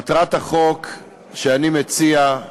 מטרת החוק שאני מציע,